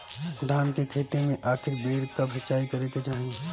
धान के खेती मे आखिरी बेर कब सिचाई करे के चाही?